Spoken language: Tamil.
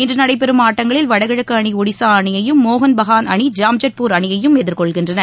இன்றுநடைபெறும் ஆட்டங்களில் வடகிழக்கு அணி ஒடிஷாஅணியையும் மோகன் பகான் அணி ஜாம்ஷெட்பூர் அணியையும் எதிர்கொள்கின்றன